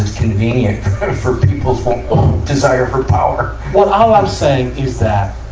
convenient for people's desire for power. well, all i'm saying is that,